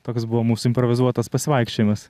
toks buvo mūsų improvizuotas pasivaikščiojimas